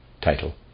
title